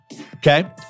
Okay